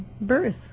birth